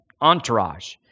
entourage